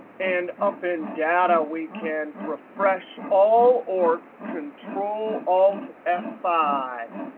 and up in data, we can refresh all or control alt f five.